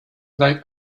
like